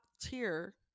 tier